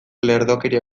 lerdokeria